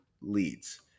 leads